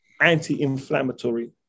anti-inflammatory